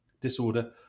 disorder